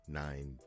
nine